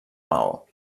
maó